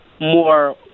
more